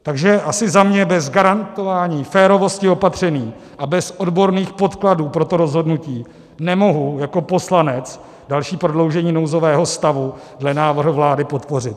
Takže asi za mě bez garantování férovosti opatření a bez odborných podkladů pro to rozhodnutí nemohu jako poslanec další prodloužení nouzového stavu dle návrhu vlády podpořit.